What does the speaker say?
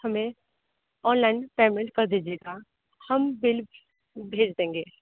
हमें online payment कर दीजिएगा हम बिल भेज देंगे